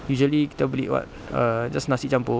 usually kita beli what err just nasi campur